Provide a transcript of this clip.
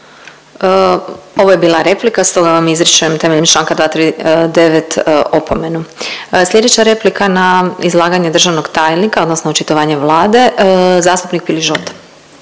Ovo je bila replika, stoga vam izričem temeljem čl. 239. opomenu. Slijedeća replika na izlaganje državnog tajnika odnosno očitovanje Vlade, zastupnik Piližota.